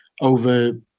over